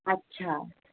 अच्छा